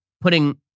putting